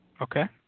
Okay